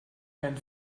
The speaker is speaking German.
kein